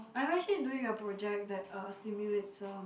I'm actually doing a project that uh stimulates um